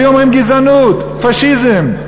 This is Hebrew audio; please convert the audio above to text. היו אומרים: גזענות, פאשיזם.